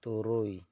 ᱛᱩᱨᱩᱭ